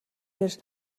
дээр